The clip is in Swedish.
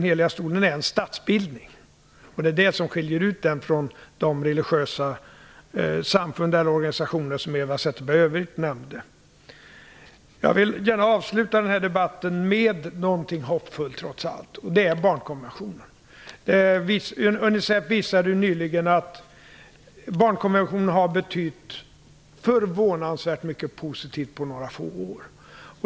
Heliga stolen är en statsbildning. Det är det som skiljer ut den från de religiösa samfund eller organisationer som Eva Zetterberg i övrigt nämnde. Jag vill gärna avsluta denna debatt med någonting som trots allt är hoppfullt. Det är barnkonventionen. Unicef visade nyligen att barnkonventionen har betytt förvånansvärt mycket positivt på några få år.